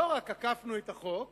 לא רק עקפנו את החוק